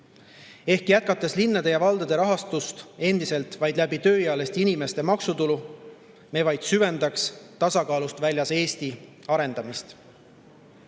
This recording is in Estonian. Jätkates linnade ja valdade rahastamist endiselt vaid tööealiste inimeste maksutulu kaudu, me vaid süvendaksime tasakaalust väljas Eesti arendamist.